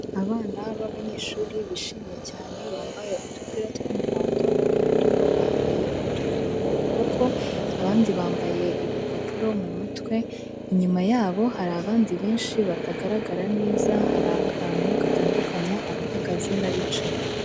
Abana b'abanyeshuri bishimye cyane, bambaye udupira tw'umuhondo, bamwe muri bo bambaye udukomo ku kuboko, abandi bambaye ibipapuro mu mutwe, inyuma yabo hari abandi benshi batagaragara neza, hari akantu gatandukanya abahagaze n'abicaye.